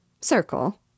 Circle